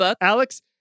Alex